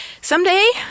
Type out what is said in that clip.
someday